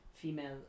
female